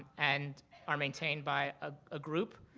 and are maintained by a ah group.